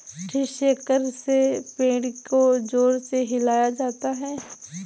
tree shaker से पेड़ को जोर से हिलाया जाता है